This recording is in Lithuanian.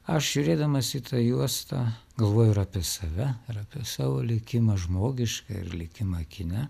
aš žiūrėdamas į tą juostą galvoju ir apie save ir apie savo likimą žmogišką ir likimą kine